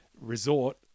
resort